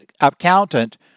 accountant